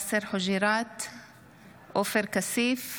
עופר כסיף,